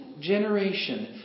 generation